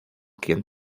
quien